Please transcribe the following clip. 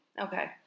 Okay